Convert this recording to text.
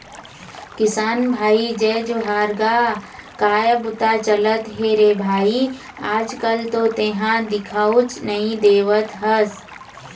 किसान भाई जय जोहार गा काय बूता चलत हे रे भई आज कल तो तेंहा दिखउच नई देवत हस?